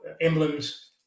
emblems